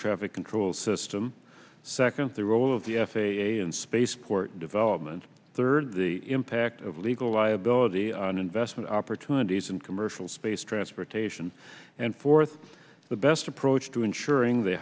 traffic control system second the role of the f a a and space port development third the impact of legal liability on investment opportunities in commercial space transportation and forth the best approach to ensuring the